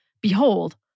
Behold